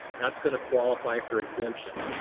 that's gonna qualify for exemptions.